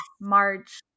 March